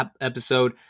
episode